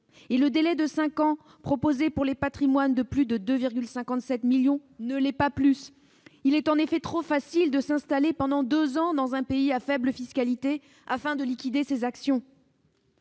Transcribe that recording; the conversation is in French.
et le délai de cinq ans proposé pour les patrimoines de plus de 2,57 millions ne l'est pas plus : il est en effet trop facile de s'installer pendant deux ans dans un pays à faible fiscalité afin de liquider ses actions